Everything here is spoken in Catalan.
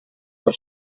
per